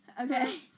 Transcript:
Okay